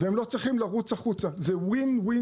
הם לא יצטרכו אחר כך לרוץ החוצה,